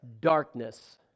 Darkness